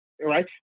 right